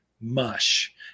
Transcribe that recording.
Mush